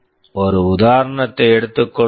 ஒரு உதாரணத்தை எடுத்துக் கொள்வோம்